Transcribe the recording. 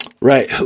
Right